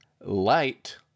light